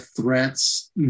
threats